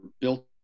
built